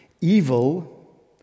evil